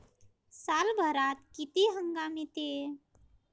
सालभरात किती हंगाम येते?